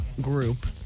group